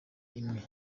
imwe